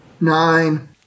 Nine